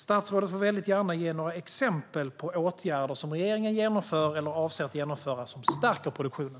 Statsrådet får väldigt gärna ge några exempel på åtgärder som regeringen vidtar eller avser att vidta som stärker produktionen.